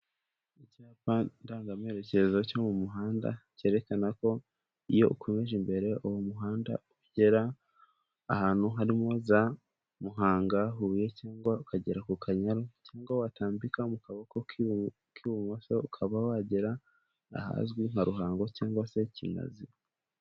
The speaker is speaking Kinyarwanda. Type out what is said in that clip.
Icyapa ndangamekerezo cyo mu muhanda, cyerekana ko iyo ukomeje imbere uwo muhanda ugera ahantu harimo za Muhanga, Huye cyangwa ukagera ku Kanyaru cyangwa watambika mu kaboko k'ibumoso, ukaba wagera ahazwi nka Ruhango cyangwa se Kinazi.